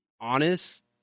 honest